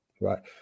right